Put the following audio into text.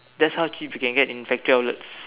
that's how cheap it can get in factory outlets